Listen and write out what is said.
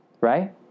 Right